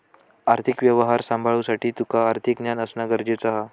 आर्थिक व्यवहार सांभाळुसाठी तुका आर्थिक ज्ञान असणा गरजेचा हा